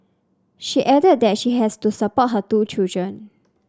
she added that she has to support her two children